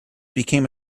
became